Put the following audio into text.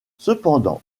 cependant